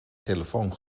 telefoon